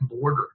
border